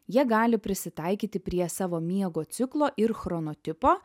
jie gali prisitaikyti prie savo miego ciklo ir chronotipo